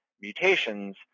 mutations